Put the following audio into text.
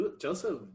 Joseph